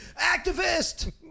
activist